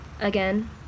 again